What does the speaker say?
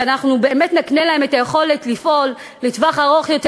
שאנחנו באמת נקנה להם את היכולת לפעול לטווח ארוך יותר,